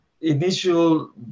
initial